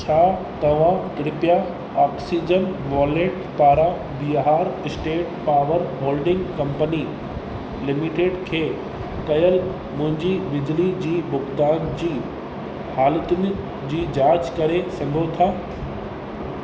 छा तव्हां कृपया ऑक्सीजन वॉलेट पारां Bihar state power holding company limited खे कयल मुंहिंजी बिजली जी भुगतान जी हालतुनि जी जांच करे सघो था